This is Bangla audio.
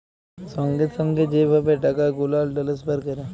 সঙ্গে সঙ্গে যে ভাবে টাকা গুলাল টেলেসফার ক্যরে